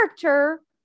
character